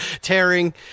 tearing